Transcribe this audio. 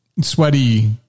sweaty